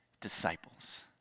disciples